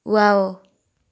wow